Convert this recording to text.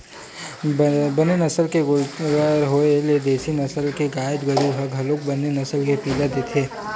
बने नसल के गोल्लर होय ले देसी नसल के गाय गरु ह घलोक बने नसल के पिला देथे